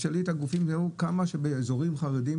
תשאלי את הגופים כמה מיחזור היה באזורים חרדים.